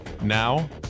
Now